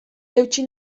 eutsi